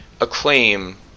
acclaim